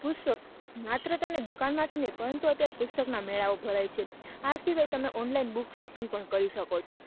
પુસ્તક માત્ર તમને દુકાનમાંથી નહીં પરંતુ અત્યારે પુસ્તકના મેળાઓ ભરાય છે આ સિવાય તમે ઓનલાઈન બુક શોપિંગ પણ કરી શકો છો